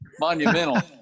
monumental